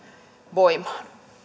voimaan